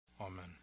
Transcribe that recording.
Amen